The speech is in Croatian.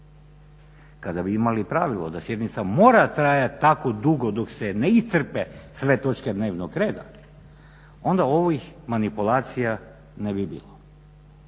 Kada bi imali pravilo da sjednica mora trajat tako dugo dok se ne iscrpe sve točke dnevnog reda onda ovih manipulacija ne bi bilo.